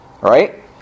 right